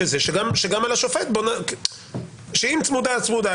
אם צמודה צמודה,